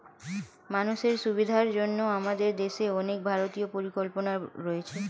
মানুষের সুবিধার জন্য আমাদের দেশে অনেক ভারতীয় পরিকল্পনা রয়েছে